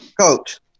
Coach